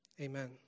Amen